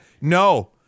no